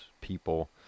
people